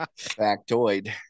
Factoid